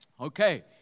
Okay